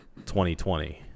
2020